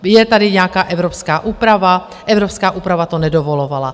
Je tady nějaká evropská úprava, evropská úprava to nedovolovala.